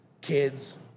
kids